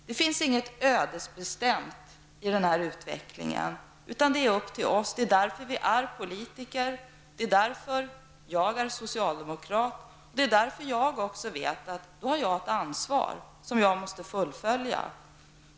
Det finns inget ödesbestämt i den här utvecklingen, utan det är upp till oss. Det är därför vi är politiker. Det är därför jag är socialdemokrat. Det är också därför jag vet att jag har ett ansvar som jag måste fullfölja.